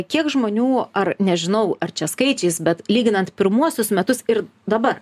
kiek žmonių ar nežinau ar čia skaičiais bet lyginant pirmuosius metus ir dabar